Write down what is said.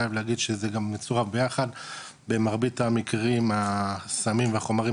אני חייב להגיד שזה גם מצורף ביחד במרבית המקרים הסמים והחומרים